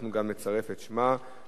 אנחנו נצרף גם את שמה לתומכים.